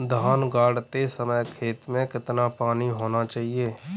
धान गाड़ते समय खेत में कितना पानी होना चाहिए?